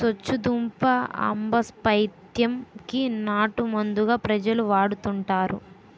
సొచ్చుదుంప ఆంబపైత్యం కి నాటుమందుగా ప్రజలు వాడుతుంటారు